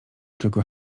tylko